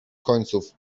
końców